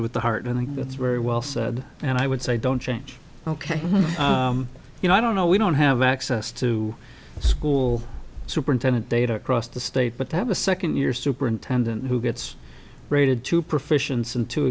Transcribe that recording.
it with the heart and i think that's very well said and i would say don't change ok you know i don't know we don't have access to school superintendent data across the state but i have a second year superintendent who gets rated two